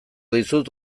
dizut